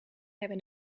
hebben